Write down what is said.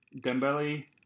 Dembele